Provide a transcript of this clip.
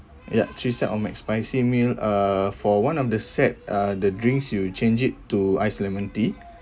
ya three sat of mac spicy meal uh for one of the set uh the drinks you change it to iced lemon tea